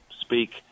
speak